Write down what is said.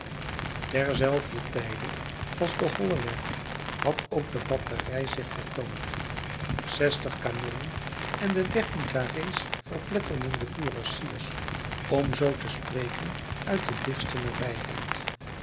ter zelfder tijde als de holle weg had ook de batterij zich vertoond zestig kanonnen en de dertien carré's verpletterden de kurassiers om zoo te spreken uit de dichtste nabijheid